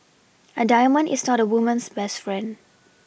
a diamond is not woman's best friend